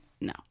no